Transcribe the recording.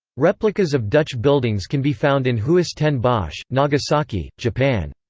replicas of dutch buildings can be found in huis ten bosch, nagasaki, japan.